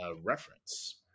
reference